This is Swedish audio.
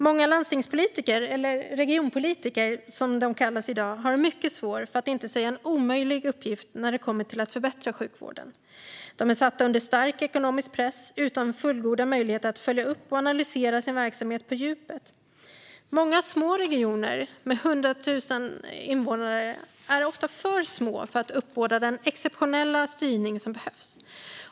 Många landstingspolitiker, eller regionpolitiker som de kallas i dag, har en mycket svår, för att inte säga omöjlig, uppgift när det kommer till att förbättra sjukvården. De är satta under en stark ekonomisk press utan fullgoda möjligheter att följa upp och analysera sin verksamhet på djupet. Många små regioner, med några hundra tusen invånare, är ofta för små för att uppbåda den exceptionella styrning som behövs.